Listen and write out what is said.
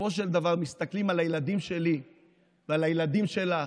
שבסופו של דבר מסתכלים על הילדים שלי ועל הילדים שלך